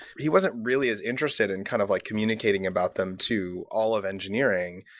he wasn't really as interested in kind of like communicating about them to all of engineering,